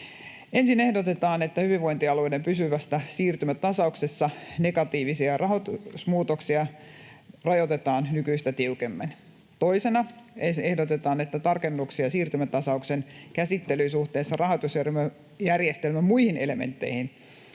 Ensin ehdotetaan, että hyvinvointialueiden pysyvässä siirtymätasauksessa negatiivisia rahoitusmuutoksia rajoitetaan nykyistä tiukemmin. Toisena ehdotetaan tarkennuksia siirtymätasauksen käsittelyyn suhteessa rahoitusjärjestelmän muihin elementteihin